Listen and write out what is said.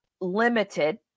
limited